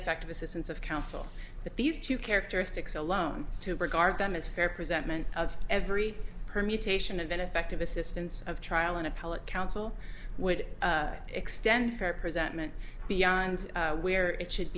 effective assistance of counsel but these two characteristics alone to regard them as fair presentment of every permutation of ineffective assistance of trial an appellate counsel would extend fair presentment beyond where it should